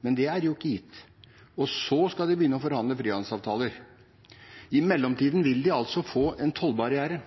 men det er jo ikke gitt. Så skal de begynne å forhandle frihandelsavtaler. I mellomtiden vil de altså få en tollbarriere.